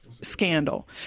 scandal